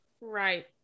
right